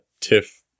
tiff